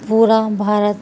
پورا بھارت